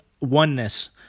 oneness